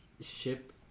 Ship